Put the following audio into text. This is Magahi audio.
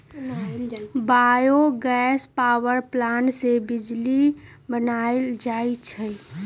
बायो गैस पावर प्लांट से बिजली बनाएल जाइ छइ